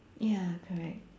ya correct